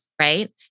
right